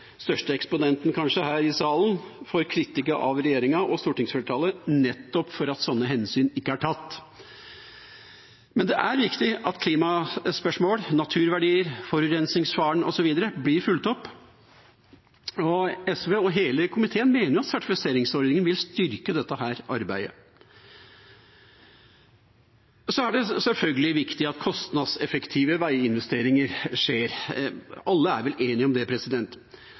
største eksponenten her i salen for kritikk av regjeringa og stortingsflertallet nettopp for at sånne hensyn ikke er tatt. Det er viktig at klimaspørsmål, naturverdier, forurensningsfaren osv. blir fulgt opp. SV og hele komiteen mener at sertifiseringsordningen vil styrke dette arbeidet. Det er selvfølgelig viktig at kostnadseffektive veiinvesteringer skjer, alle er vel enige om det,